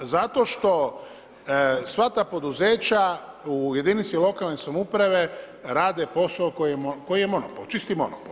Zato što sva ta poduzeća u jedinici lokalne samouprave rade posao koji je monopol, čisti monopol.